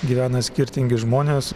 gyvena skirtingi žmonės